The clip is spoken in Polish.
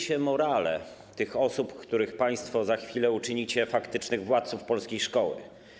się morale tych osób, z których państwo za chwilę uczynicie faktycznych władców polskiej szkoły.